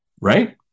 right